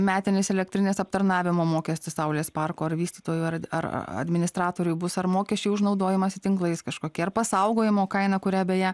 metinis elektrinės aptarnavimo mokestis saulės parko ar vystytojų ar ar administratorių bus ar mokesčiai už naudojimąsi tinklais kažkokie ar pasaugojimo kaina kurią beje